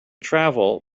travel